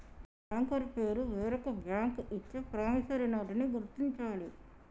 banker పేరు వేరొక bank ఇచ్చే ప్రామిసరీ నోటుని గుర్తించాలి